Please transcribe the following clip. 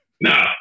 No